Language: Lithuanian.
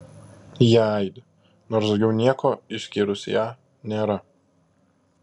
jie aidi nors daugiau nieko išskyrus ją nėra